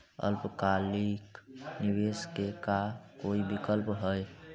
अल्पकालिक निवेश के का कोई विकल्प है?